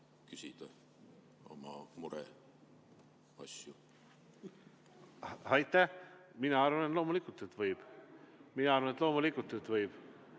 küsida oma mureasju? Aitäh! Mina arvan, et loomulikult võib. Mina arvan, et loomulikult võib.